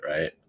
right